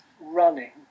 running